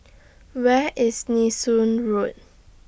Where IS Nee Soon Road